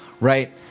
right